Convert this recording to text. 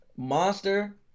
Monster